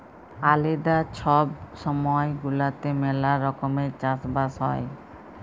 আলেদা ছব ছময় গুলাতে ম্যালা রকমের চাষ বাস হ্যয়